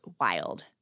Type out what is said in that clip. wild